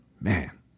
man